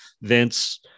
Vince